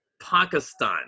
Pakistan